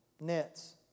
Nets